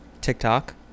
TikTok